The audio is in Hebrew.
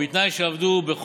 ולשנת 2021,